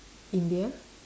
India